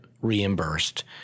reimbursed